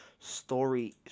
Story